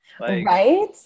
Right